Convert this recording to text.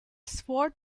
sword